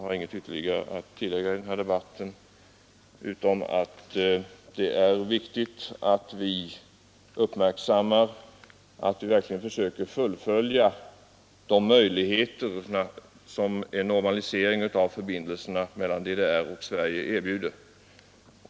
Jag vill till sist åter betona hur viktigt det är, att vi verkligen tar vara på de möjligheter som en normalisering av förbindelserna mellan DDR och Sverige erbjuder.